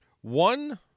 One